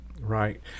Right